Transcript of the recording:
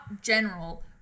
general